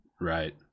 Right